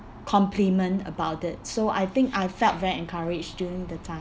compliment about it so I think I felt very encouraged during the time